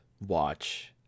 watch